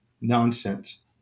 nonsense